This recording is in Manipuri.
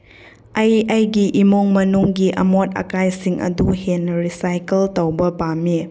ꯑꯩ ꯑꯩꯒꯤ ꯏꯃꯨꯡ ꯃꯅꯨꯡꯒꯤ ꯑꯃꯣꯠ ꯑꯀꯥꯏꯁꯤꯡ ꯑꯗꯨ ꯍꯦꯟꯅ ꯔꯤꯁꯥꯏꯀꯜ ꯇꯧꯕ ꯄꯥꯝꯃꯤ